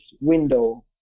window